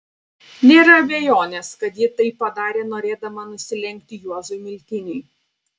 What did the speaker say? nėra abejonės kad ji tai padarė norėdama nusilenkti juozui miltiniui